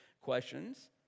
questions